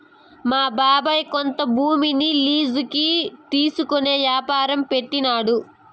మా బాబాయ్ కొంత భూమిని లీజుకి తీసుకునే యాపారం పెట్టినాడు